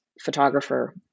photographer